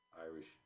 Irish